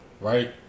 Right